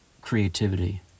creativity